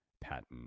patent